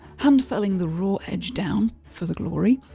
hand felling the raw edge down for the glory,